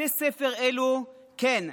בתי ספר אלו, כן,